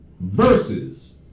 versus